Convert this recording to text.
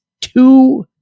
two